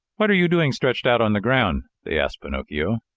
what are you doing stretched out on the ground? they asked pinocchio.